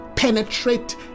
penetrate